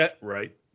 right